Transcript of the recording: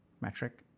metric